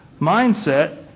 mindset